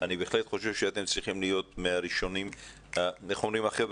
אני בהחלט חושב שאתם צריכים להיות בראש סדר העדיפויות.